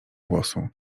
głosu